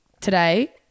Today